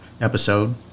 episode